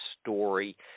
story